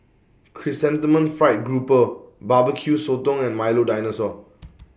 Chrysanthemum Fried Grouper Barbecue Sotong and Milo Dinosaur